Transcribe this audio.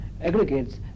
aggregates